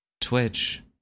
Twitch